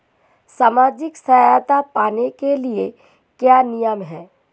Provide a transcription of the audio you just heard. सामाजिक सहायता पाने के लिए क्या नियम हैं?